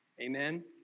Amen